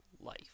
life